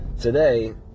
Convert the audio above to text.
today